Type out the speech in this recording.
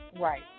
right